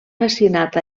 fascinat